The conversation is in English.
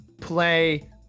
play